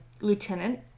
lieutenant